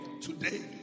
Today